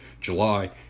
July